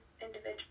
individual